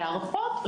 להרפות,